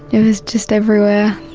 it was just everywhere.